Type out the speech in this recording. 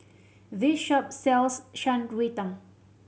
this shop sells Shan Rui Tang